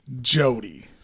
jody